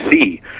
see